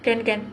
can can